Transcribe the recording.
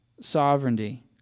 sovereignty